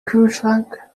kühlschrank